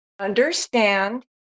understand